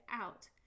out